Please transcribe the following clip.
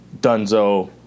Dunzo